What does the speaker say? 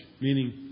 meaning